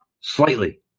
Slightly